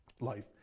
life